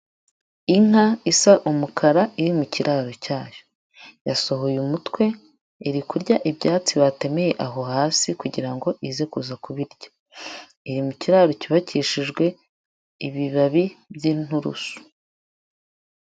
Inka isa umukara iri mu kiraro cyayo, yasohoye umutwe, iri kurya ibyatsi batemeye aho hasi kugira ngo ize kuza kubirya, iri mu kiraro cyubakishijwe ibibabi by'inturusu.